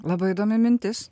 labai įdomi mintis